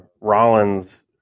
Rollins